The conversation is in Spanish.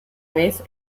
vez